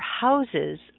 houses